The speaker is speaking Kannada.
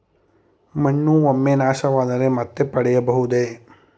ಮಣ್ಣು ಒಮ್ಮೆ ನಾಶವಾದರೆ ಮತ್ತೆ ಪಡೆಯಬಹುದೇ?